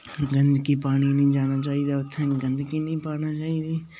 गंदगी पान नेईं जाना चाहिदा उत्थै गंदगी नेईं पाना चाहिदी